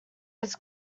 its